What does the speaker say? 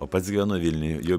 o pats gyvenu vilniuje jau